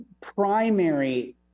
primary